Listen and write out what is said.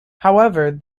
however